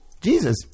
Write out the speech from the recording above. Jesus